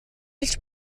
хэлж